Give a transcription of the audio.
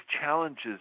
challenges